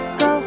go